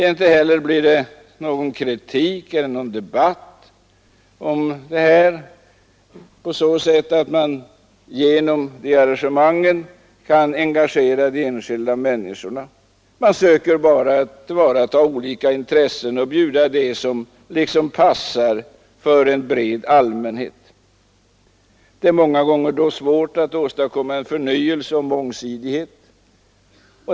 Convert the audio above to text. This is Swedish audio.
Inte heller stimulerar arrangemangen till kritik eller debatt genom att verka engagerande på de enskilda människorna, om man begränsar sig till att bjuda ut det som passar för en bred allmänhet. Det är också många gånger svårt att åstadkomma förnyelse och mångsidighet.